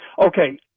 Okay